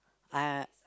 I